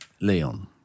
Leon